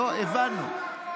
הבנו.